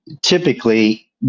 typically